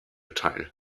teil